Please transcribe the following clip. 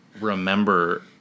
remember